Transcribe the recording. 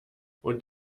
und